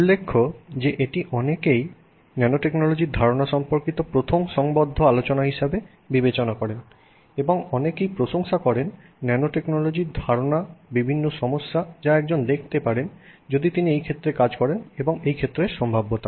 উল্লেখ্য যে এটি অনেকেই ন্যানোটেকনোলজির ধারণা সম্পর্কিত প্রথম সংবদ্ধ আলোচনা হিসাবে বিবেচনা করেন এবং অনেকেই প্রশংসা করেন ন্যানোটেকনোলজির ধারণা বিভিন্ন সমস্যা যা একজন দেখতে পারেন যদি তিনি এই ক্ষেত্রে কাজ করেন এবং এই ক্ষেত্রের সম্ভাব্যতাও